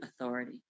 authority